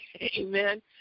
Amen